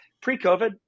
Pre-COVID